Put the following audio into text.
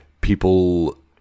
people